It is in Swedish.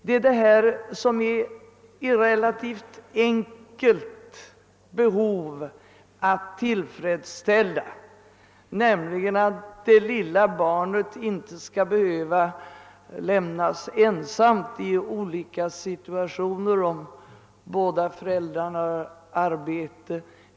Det gäller ett behov som är relativt enkelt att tillfredsställa, nämligen det som består i att det lilla barnet inte skall behöva lämnas ensamt i olika situationer, t.ex. om båda föräldrarna har arbete.